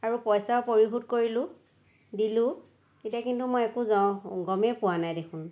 আৰু পইচাও পৰিশোধ কৰিলোঁ দিলোঁ এতিয়া কিন্তু মই একো গমেই পোৱা নাই দেখোন